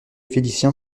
félicien